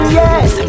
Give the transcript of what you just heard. yes